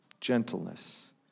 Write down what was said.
gentleness